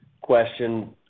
question